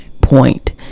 point